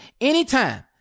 anytime